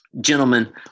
gentlemen